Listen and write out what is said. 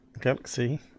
galaxy